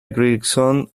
eriksson